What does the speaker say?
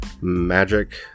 magic